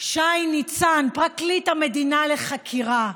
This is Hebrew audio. שי ניצן, פרקליט המדינה, לחקירה.